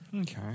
Okay